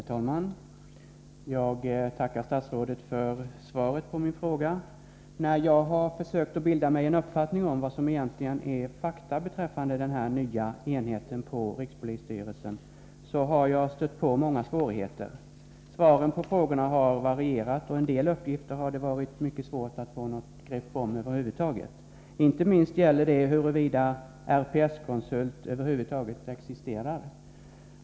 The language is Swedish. Herr talman! Jag tackar statsrådet för svaret på min fråga. När jag har försökt att bilda mig en uppfattning om vad som egentligen är fakta beträffande den här nya enheten på rikspolisstyrelsen, har jag stött på många svårigheter. Svaren på frågorna har varierat, och en del uppgifter har det varit mycket svårt att över huvud taget få något grepp om. Inte minst gäller det huruvida RPS-konsult över huvud taget existerar.